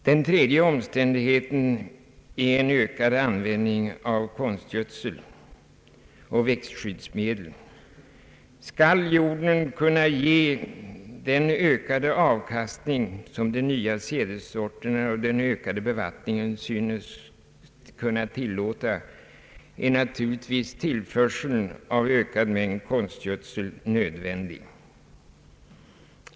Den tredje omständigheten är ökad användning av konstgödsel och växtskyddsmedel, Skall jorden kunna ge den ökade avkastning, som de nya sädessorterna och den ökade bevattningen synes kunna möjliggöra, är naturligtvis tillförseln av ökad mängd konstgödsel nödvändig.